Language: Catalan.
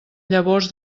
llavors